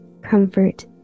comfort